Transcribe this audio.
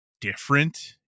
different